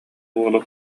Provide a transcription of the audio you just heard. уолу